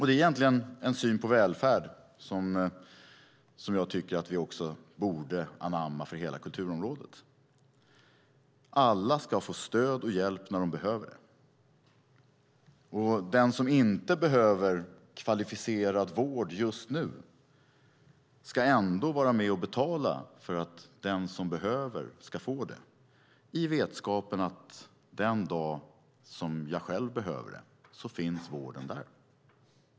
Det är egentligen en syn på välfärd som jag tycker att vi borde anamma för hela kulturområdet. Alla ska få stöd och hjälp när de behöver det. Den som inte behöver kvalificerad vård just nu ska ändå vara med och betala för att den som behöver ska få det, i vetenskap om att den dag jag själv behöver det finns vården där.